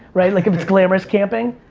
right, like if it's glamorous camping?